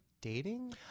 dating